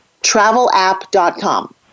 travelapp.com